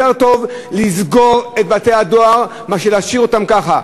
יותר טוב לסגור את בתי-הדואר מאשר להשאיר אותם ככה.